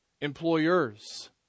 Employers